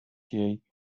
jej